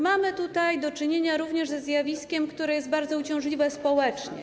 Mamy tutaj do czynienia również ze zjawiskiem, które jest bardzo uciążliwe społecznie.